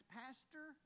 pastor